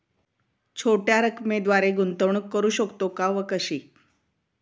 छोट्या रकमेद्वारे गुंतवणूक करू शकतो का व कशी?